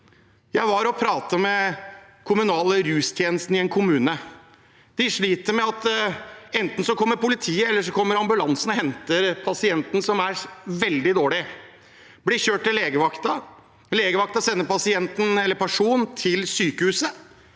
Jeg var og pratet med den kommunale rustjenesten i en kommune. De sliter med at enten kommer politiet, eller så kommer ambulansen og henter pasienten som er veldig dårlig, og som blir kjørt til legevakten. Legevakten sender pasienten til sykehuset,